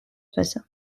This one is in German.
besser